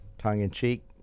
Tongue-in-cheek